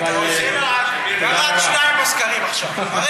ירדו שניים בסקרים עכשיו.